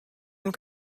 and